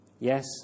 Yes